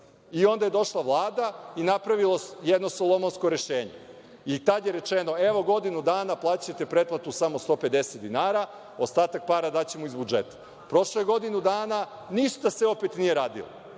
I onda je došla Vlada i napravila jedno solomonsko rešenje. Tada je rečeno – evo, godinu dana plaćaćete pretplatu samo 150 dinara, ostatak para daćemo iz budžeta. Prošlo je godinu dana. Opet se ništa nije uradilo